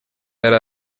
yari